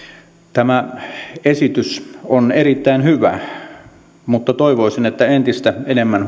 tämä esitys on erittäin hyvä mutta toivoisin että entistä enemmän